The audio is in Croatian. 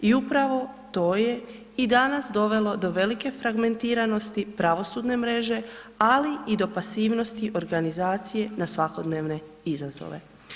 I upravo to je i danas dovelo do velike fragmentiranosti pravosudne mreže ali i do pasivnosti organizacije na svakodnevne izazove.